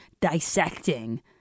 dissecting